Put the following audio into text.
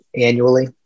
annually